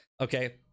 Okay